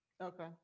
Okay